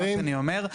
אומר.